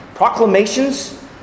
proclamations